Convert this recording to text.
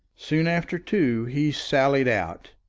soon after two he sallied out,